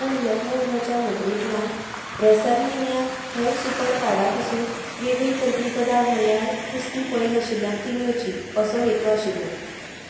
पूण मॅकमहोनाच्या नदरेंतल्यान रेसलमेनियाक हेर सुपर कार्डा पसून वेगळी करपी गजाल म्हणल्यार खुस्ती पळय नाशिल्ल्यांक ती मेळची असो हेतू आशिल्लो